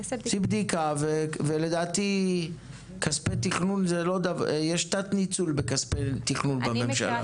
תעשי בדיקה ולדעתי יש תת-ניצול בכספי תכנון בממשלה.